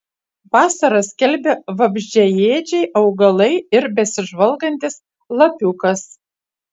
vasarą skelbia vabzdžiaėdžiai augalai ir besižvalgantis lapiukas